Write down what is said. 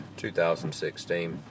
2016